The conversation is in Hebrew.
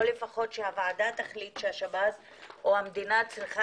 או לפחות שהוועדה תחליט שהשב"ס או המדינה צריכה